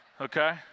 Okay